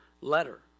letter